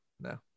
no